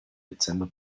dezember